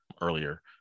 earlier